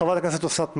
חברת הכנסת אוסנת מארק,